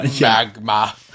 magma